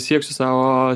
sieksiu savo